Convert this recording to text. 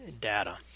data